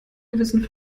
gewissen